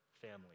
family